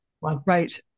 Right